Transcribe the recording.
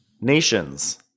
nations